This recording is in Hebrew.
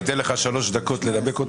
ניתן לך שלוש דקות לנמק.